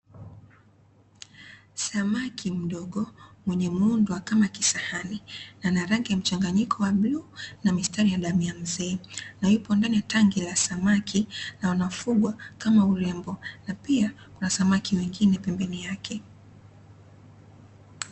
Samaki mdogo mwenye muundo wa kama kisahani na ana rangi ya mchanganyiko wa bluu, na mistari ya damu ya mzee, na yupo ndani ya tanki la samaki na unafugwa kama urembo, na pia kuna samaki wengine pembeni yake.